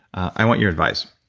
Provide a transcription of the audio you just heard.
i want your advice.